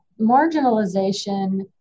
Marginalization